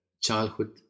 childhood